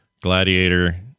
Gladiator